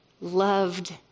loved